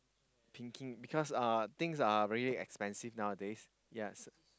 because uh things are very expensive nowadays ya so